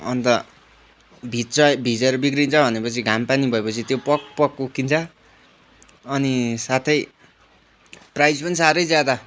अन्त भिज्छ भिजेर बिग्रिन्छ भनेपछि घामपानी भएपछि त्यो प्वाक प्वाक उक्किन्छ अनि साथै प्राइस पनि साह्रै ज्यादा